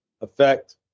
affect